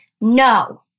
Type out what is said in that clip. No